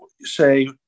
say